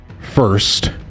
First